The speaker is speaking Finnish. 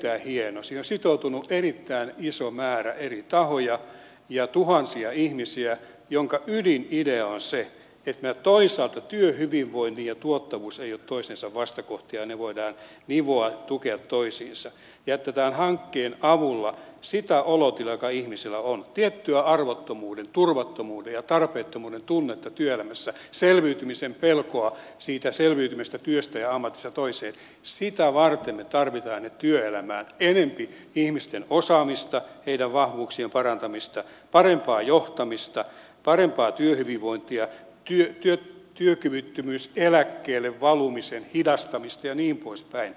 siihen on sitoutunut erittäin iso määrä eri tahoja ja tuhansia ihmisiä ja sen ydinidea on se että meillä toisaalta työhyvinvointi ja tuottavuus eivät ole toistensa vastakohtia ja ne voidaan nivoa tukea toisiinsa ja että tämän hankkeen avulla sen olotilan takia joka ihmisillä on tiettyä arvottomuuden turvattomuuden ja tarpeettomuuden tunnetta työelämässä pelkoa siitä selviytyykö työstä ja ammatista toiseen me tarvitsemme työelämään enempi ihmisten osaamista heidän vahvuuksiensa parantamista parempaa johtamista parempaa työhyvinvointia työkyvyttömyyseläkkeelle valumisen hidastamista ja niin poispäin